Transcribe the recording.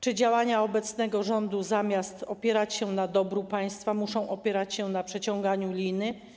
Czy działania obecnego rządu, zamiast opierać się na dobru państwa, muszą opierać się na przeciąganiu liny?